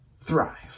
thrive